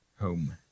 home